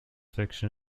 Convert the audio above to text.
fiction